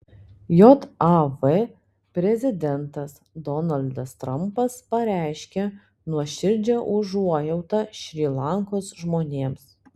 jav prezidentas donaldas trampas pareiškė nuoširdžią užuojautą šri lankos žmonėms